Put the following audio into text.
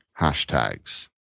hashtags